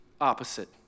opposite